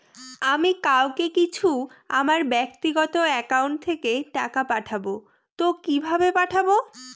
আমি কাউকে কিছু আমার ব্যাক্তিগত একাউন্ট থেকে টাকা পাঠাবো তো কিভাবে পাঠাবো?